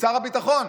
לשר הביטחון.